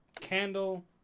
candle